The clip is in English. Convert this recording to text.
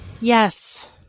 Yes